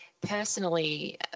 personally